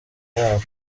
yabo